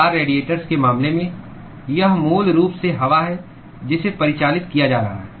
car radiators के मामले में यह मूल रूप से हवा है जिसे परिचालित किया जा रहा है